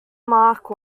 mark